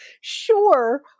sure